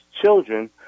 children